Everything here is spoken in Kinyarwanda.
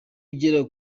igera